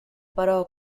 però